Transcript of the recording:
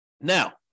Now